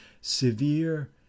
Severe